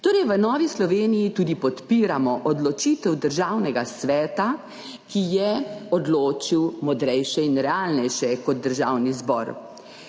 V Novi Sloveniji tudi podpiramo odločitev Državnega sveta, ki je odločil modreje in realneje kot Državni zbor.